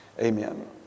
amen